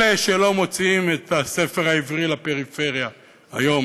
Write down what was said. אלה שלא מוציאים את הספר העברי לפריפריה, היום